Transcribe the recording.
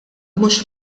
mhux